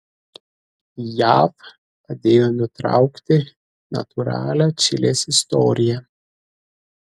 jav padėjo nutraukti natūralią čilės istoriją